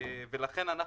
לכן אנחנו,